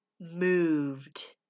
moved